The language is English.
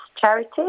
Charity